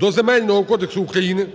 до Земельного кодексу України